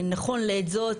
נכון לעת זו,